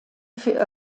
für